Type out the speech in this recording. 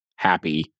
happy